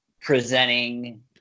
presenting